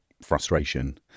frustration